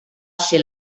ser